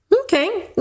Okay